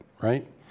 right